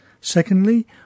Secondly